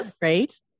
Great